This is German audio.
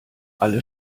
alle